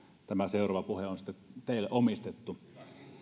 tämä seuraava puhe on sitten teille omistettu